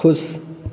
खुश